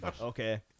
Okay